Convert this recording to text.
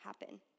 happen